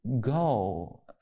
go